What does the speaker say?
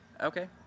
Okay